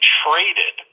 traded